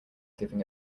giving